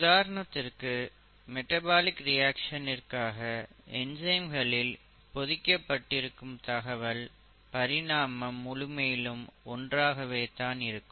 உதாரணத்திற்கு மெடபாலிக் ரிஆக்சனிற்காக என்சைம்களில் பொதிக்க பட்டிருக்கும் தகவல் பரிணாமம் முழுமையிலும் ஒன்றாகவே தான் இருக்கும்